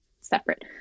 separate